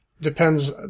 depends